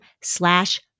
slash